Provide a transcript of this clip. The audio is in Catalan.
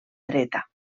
dreta